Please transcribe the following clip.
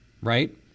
right